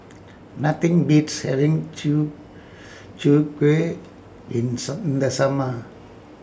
Nothing Beats having Chwee Chwee Kueh in in The Summer